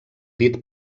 dit